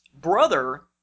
brother